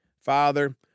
Father